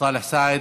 סאלח סעד.